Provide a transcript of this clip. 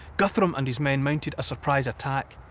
guthrum and his men mounted a surprise attack.